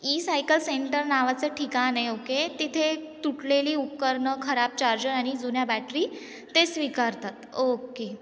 E cycle centre नावाचं ठिकाण आहे ओके तिथे तुटलेली उपकरणं खराब चार्जर आणि जुन्या बॅटरी ते स्वीकारतात ओके